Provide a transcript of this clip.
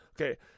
okay